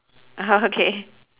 oh okay